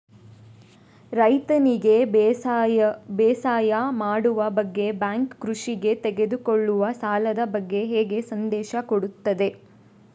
ರೈತನಿಗೆ ಬೇಸಾಯ ಮಾಡುವ ಬಗ್ಗೆ ಬ್ಯಾಂಕ್ ಕೃಷಿಗೆ ತೆಗೆದುಕೊಳ್ಳುವ ಸಾಲದ ಬಗ್ಗೆ ಹೇಗೆ ಸಂದೇಶ ಕೊಡುತ್ತದೆ?